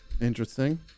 Interesting